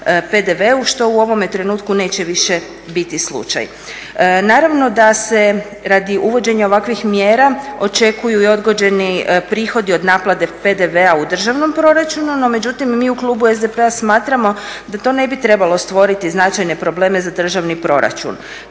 što u ovome trenutku neće više biti slučaj. Naravno da se radi uvođenja ovakvih mjera očekuju i odgođeni prihodi od naplate PDV-a u državnom proračunu. No, međutim mi u klubu SDP-a smatramo da to ne bi trebalo stvoriti značajne probleme za državni proračun.